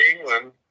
England